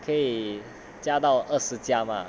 可以加到二十家吗